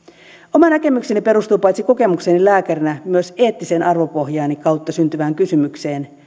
oma näkemykseni perustuu paitsi kokemukseeni lääkärinä myös eettisen arvopohjani kautta syntyvään kysymykseen